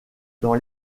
dans